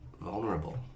Vulnerable